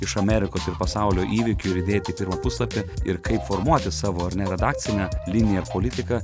iš amerikos ir pasaulio įvykių ir įdėti į pirmą puslapį ir kaip formuoti savo ar ne redakcinę liniją politiką